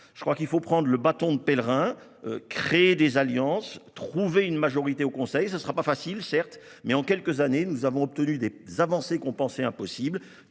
de sourcils. Il faut prendre son bâton de pèlerin, créer des alliances, trouver une majorité au Conseil. Ce ne sera pas facile, certes, mais en quelques années, nous avons obtenu des avancées qu'on pensait impossibles